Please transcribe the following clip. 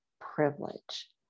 privilege